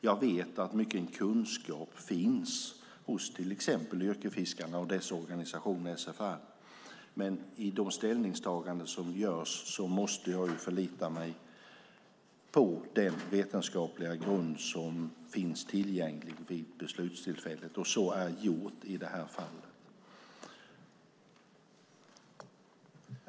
Jag vet att mycken kunskap finns hos till exempel yrkesfiskarna och deras organisation SFR. Men i de ställningstaganden som görs måste jag förlita mig på den vetenskapliga grund som finns tillgänglig vid beslutstillfället. Så är gjort i detta fall.